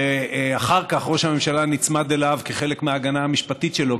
שאחר כך ראש הממשלה נצמד אליו כחלק מההגנה המשפטית שלו,